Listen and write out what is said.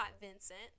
Vincent